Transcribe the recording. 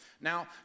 Now